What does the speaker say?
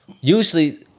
Usually